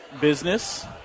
business